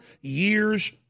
years